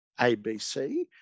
ABC